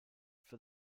for